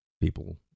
People